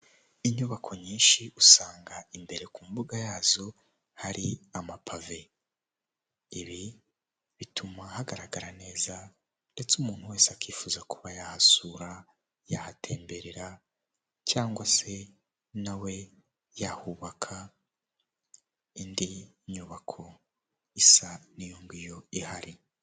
Inyubako nyinshi usanga imbere ku mbuga yazo hari amapave, ibi bituma hagaragara neza ndetse umuntu wese akifuza kuba yahasura yahatemberera cyangwa se nawe yahubaka indi nyubako isa n'iyo ngiyo ihari.